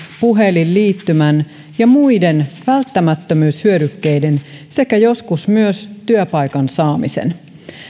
puhelinliittymän ja muiden välttämättömyyshyödykkeiden sekä joskus myös työpaikan saamisen